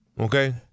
okay